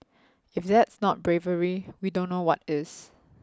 if that's not bravery we don't know what is